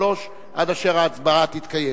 שלוש שעות עד אשר ההצבעה תתקיים.